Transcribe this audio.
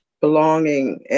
belonging